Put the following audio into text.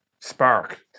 spark